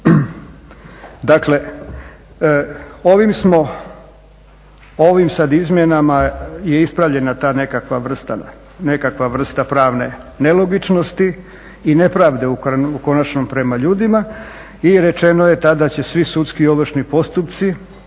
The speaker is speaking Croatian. smo, ovim sada izmjenama je ispravljena ta nekakva vrsta pravne nelogičnosti i nepravde u konačno prema ljudima. I rečeno je tad da će svi sudski ovršni postupci